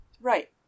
Right